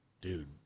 dude